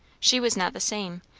she was not the same,